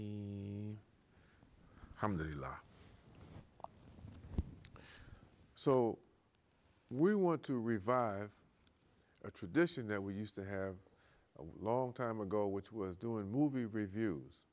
laugh so we want to revive a tradition that we used to have a long time ago which was doing movie reviews